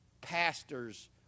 pastors